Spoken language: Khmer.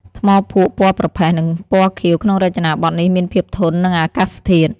ថ្មភក់ពណ៌ប្រផេះ និងពណ៌ខៀវក្នុងរចនាបថនេះមានភាពធន់នឹងអាកាសធាតុ។